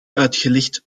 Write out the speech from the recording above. uitgelegd